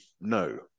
no